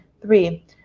Three